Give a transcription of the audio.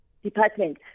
Department